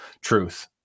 truth